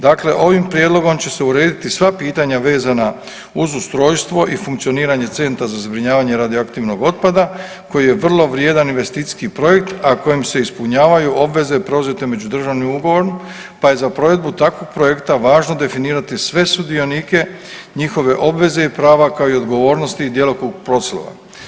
Dakle ovim prijedlogom će se urediti sva pitanja vezana uz ustrojstvo i funkcioniranje Centra za zbrinjavanje radioaktivnog otpada koji je vrlo vrijedan investicijski projekt, a kojim se ispunjavaju obveze preuzete međudržavnim ugovorom, pa je za provedbu takvog projekta važno definirati sve sudionike, njihove obveze i prava, kao i odgovornosti i djelokrug poslova.